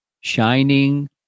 shining